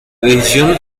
decisión